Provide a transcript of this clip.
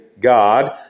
God